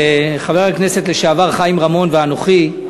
חבר הכנסת לשעבר חיים רמון ואנוכי,